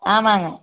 ஆமாங்க